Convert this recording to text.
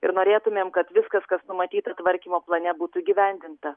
ir norėtumėm kad viskas kas numatyta tvarkymo plane būtų įgyvendinta